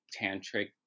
tantric